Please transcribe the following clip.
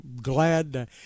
glad